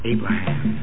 Abraham